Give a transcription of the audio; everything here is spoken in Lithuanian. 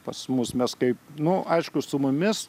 pas mus mes kaip nu aišku su mumis